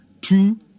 two